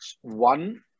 One